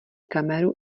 kameru